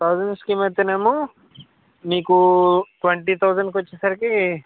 thousand scheme అయితేనేమో మీకు twenty thousand వచ్చేసరికి